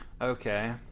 okay